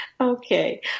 Okay